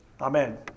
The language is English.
Amen